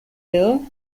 ill